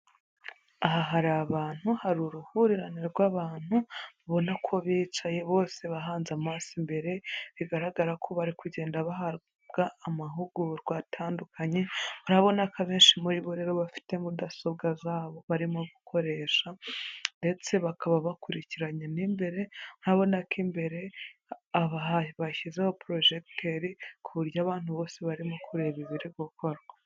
Aha hari abantu, hari uruhurirane rw'abantu, ubona ko bicaye bose bahanze amaso imbere, bigaragara ko bari kugenda bahabwa amahugurwa atandukanye; urabona ko abenshi muri bo rero bafite mudasobwa zabo barimo gukoresha. Ndetse bakaba bakurikiranye mo imbere. Urabona ko imbere bashyizeho projecteur ku buryo abantu bose barimo kureba ibiri gukorwa.